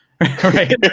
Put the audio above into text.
right